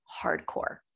hardcore